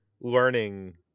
learning